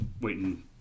waiting